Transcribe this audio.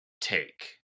Take